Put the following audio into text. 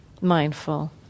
mindful